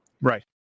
right